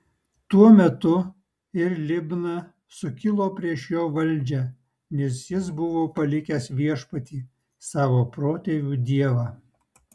tuo metu ir libna sukilo prieš jo valdžią nes jis buvo palikęs viešpatį savo protėvių dievą